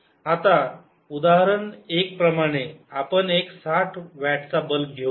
आता उदाहरण एक प्रमाणे आपण एक साठ वॅटचा बल्ब घेऊ